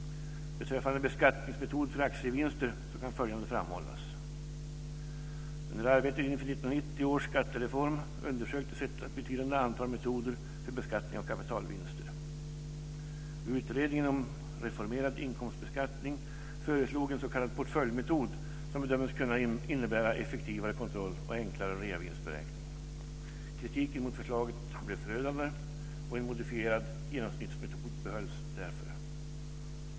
Beträffande beskattningsmetod för aktievinster kan följande framhållas. Under arbetet inför 1990 års skattereform undersöktes ett betydande antal metoder för beskattning av kapitalvinster. Utredningen om reformerad inkomstbeskattning föreslog en s.k. portföljmetod, som bedömdes kunna innebära effektivare kontroll och enklare reavinstsberäkning. Kritiken mot förslaget blev förödande, och en modifierad genomsnittsmetod behölls därför.